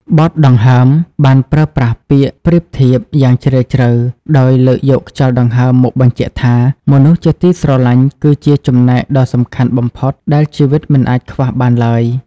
បទ "ដង្ហើម" បានប្រើប្រាស់ពាក្យប្រៀបធៀបយ៉ាងជ្រាលជ្រៅ ដោយលើកយកខ្យល់ដង្ហើមមកបញ្ជាក់ថា មនុស្សជាទីស្រឡាញ់គឺជាចំណែកដ៏សំខាន់បំផុតដែលជីវិតមិនអាចខ្វះបានឡើយ។